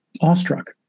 awestruck